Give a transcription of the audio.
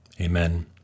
Amen